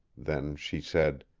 then she said